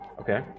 Okay